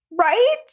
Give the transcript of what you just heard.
Right